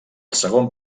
segon